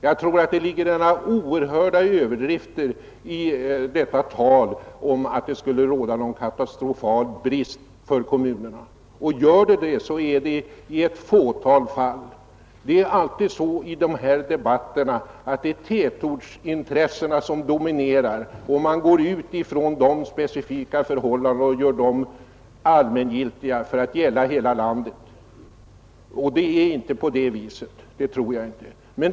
Jag tycker det ligger oerhörda överdrifter i detta tal om att det skulle råda katastrofal brist på mark för kommunerna, Det kan i så fall endast gälla ett fåtal. Det är alltid så i dessa debatter att tätortsinstressena dominerar. Man går ut ifrån deras specifika förhållanden och gör dem allmängiltiga, att gälla hela landet. Jag tror inte de är allmängiltiga.